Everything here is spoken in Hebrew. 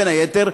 בין היתר,